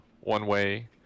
one-way